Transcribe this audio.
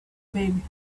baby